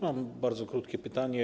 Mam bardzo krótkie pytanie.